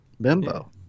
bimbo